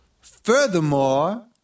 furthermore